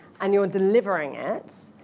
and you're delivering it,